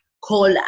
call